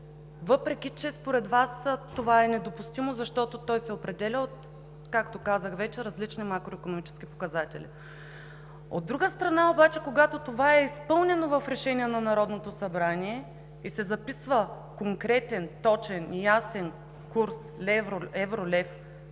въпреки че според Вас това е недопустимо, защото той се определя от, както казах вече, различни макроикономически показатели. От друга страна обаче, когато това е изпълнено в решение на Народното събрание и се записва конкретен, точен, ясен курс евро-лев,